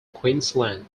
queensland